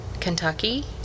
Kentucky